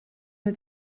mit